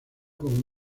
como